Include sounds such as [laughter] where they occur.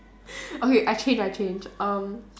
[laughs] okay I change I change um